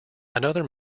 another